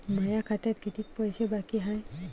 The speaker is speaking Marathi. माया खात्यात कितीक पैसे बाकी हाय?